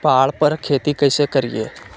पहाड़ पर खेती कैसे करीये?